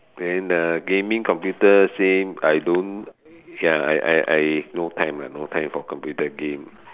then uh gaming computer game I don't ya I I I no time ah no time for computer game